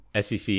SEC